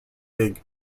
big